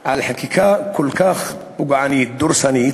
על חקיקה כל כך פוגענית, דורסנית,